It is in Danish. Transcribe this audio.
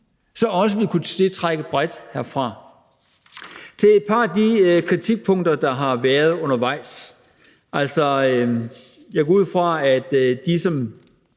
den også ville kunne tiltrække bredt. I forhold til et par af de kritikpunkter, der har været undervejs, vil jeg sige, at jeg går ud fra, at de, som